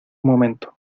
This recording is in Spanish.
momento